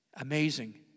amazing